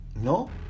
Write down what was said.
No